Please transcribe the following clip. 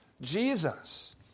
Jesus